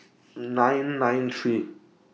nine nine three